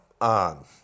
on